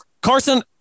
Carson